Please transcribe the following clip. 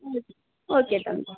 okay தம்பி